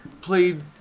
played